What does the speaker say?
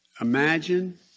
imagine